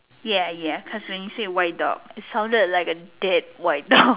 ya ya cause when you said white dog it sounded like a dead white dog